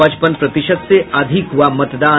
पचपन प्रतिशत से अधिक हुआ मतदान